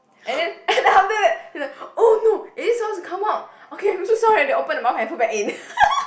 and then and then after that he like oh no is it suppose to come out okay I'm so sorry then open the mouth and put back in